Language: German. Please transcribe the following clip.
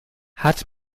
hat